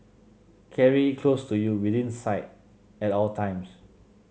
carry it close to you within sight at all times